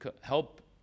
help